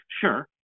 sure